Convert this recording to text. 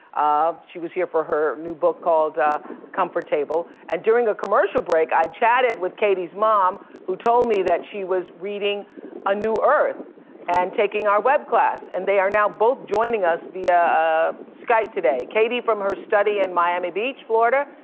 um she was here for her new book called the comfort table. and during a commercial break i chatted with katie's mom who told me that she was reading a new earth and taking our web class. and they are now both joining us via ah skype today, katie from her study in miami beach, florida,